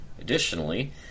Additionally